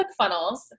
ClickFunnels